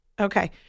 Okay